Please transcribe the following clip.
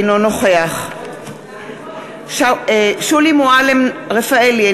אינו נוכח שולי מועלם-רפאלי,